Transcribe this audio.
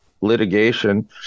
litigation